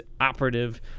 operative